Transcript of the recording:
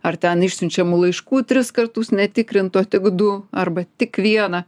ar ten išsiunčiamų laiškų tris kartus netikrint o tik du arba tik vieną